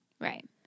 right